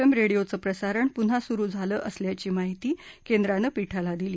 M रहीओचं प्रसारण पून्हा सुरु झालं असल्याची माहिती केंद्रानं पीठाला दिली